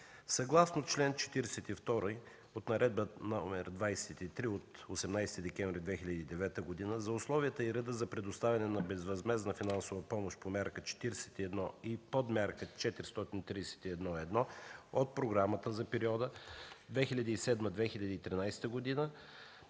Съгласно чл. 42 от Наредба № 23 от 18 декември 2009 г. за условията и реда за предоставяне на безвъзмездна финансова помощ по мярка 41 и подмярка 431-1 от програмата за периода 2007-2013 г.